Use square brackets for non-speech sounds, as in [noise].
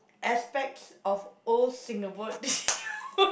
aspects of old Singapore [laughs]